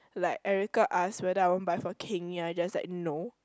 like Erica asked whether I want buy for Keng-Yi I just like no